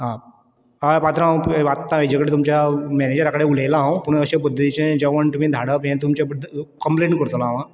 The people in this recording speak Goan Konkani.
हा पात्रांव आतां हांव हाजे कडेन तुमच्या मॅनेजरा कडेन उलयला हांव पूण अशे पद्दतीचे जेवण तुमी धाडप हें तुमी कंम्प्लेन करतलो हांव आ